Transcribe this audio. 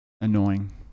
annoying